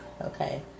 Okay